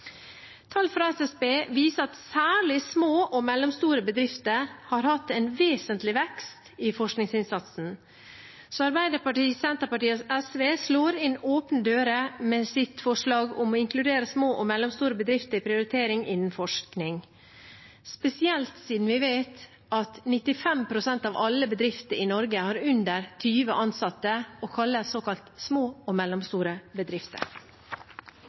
Tall fra SSB viser at særlig små og mellomstore bedrifter har hatt en vesentlig vekst i forskningsinnsatsen. Arbeiderpartiet, Senterpartiet og SV slår inn åpne dører med sitt forslag om å inkludere små og mellomstore bedrifter i prioriteringene innen forskning, spesielt siden vi vet at 95 pst. av alle bedrifter i Norge har under 20 ansatte og kalles små og mellomstore bedrifter.